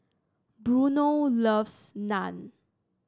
Bruno loves Naan